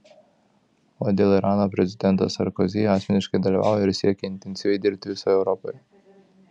o dėl irano prezidentas sarkozy asmeniškai dalyvauja ir siekia intensyviai dirbti visoje europoje